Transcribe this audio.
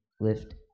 LIFT